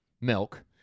milk